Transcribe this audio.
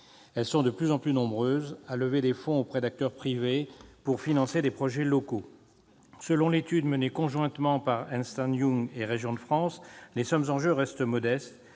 Celles-ci sont de plus en plus nombreuses à lever des fonds auprès d'acteurs privés pour financer des projets locaux. Selon l'étude menée conjointement par Ernst&Young et Régions de France, si les sommes en jeux restent modestes,